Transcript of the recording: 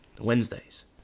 Wednesdays